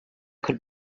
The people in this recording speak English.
could